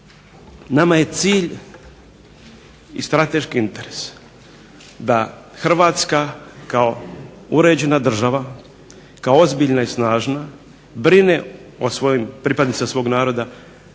nama je cilj i strateški interes da Hrvatska kao uređena država, kao ozbiljna i snažna brine o pripadnicima svog naroda